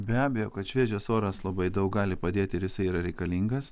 be abejo kad šviežias oras labai daug gali padėti ir jisai yra reikalingas